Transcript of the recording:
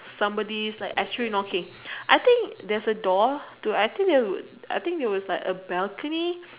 somebody actually knocking I think there's a door I think there was like balcony